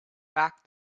pack